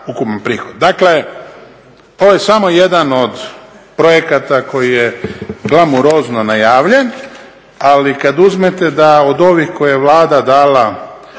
Dakle, to je samo jedan od projekata koji je glamurozno najavljen. Ali kad uzmete da od ovih koje je Vlada dala